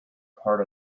part